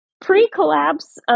Pre-collapse